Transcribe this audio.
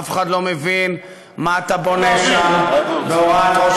אף אחד לא מבין מה אתה בונה שם בהוראת ראש